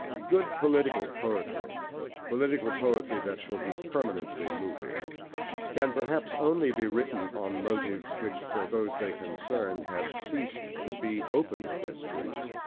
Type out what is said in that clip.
good political poetry political poetry that shall be permanently moving can, perhaps, only be written on motives which, for those they concern, have ceased to be open questions,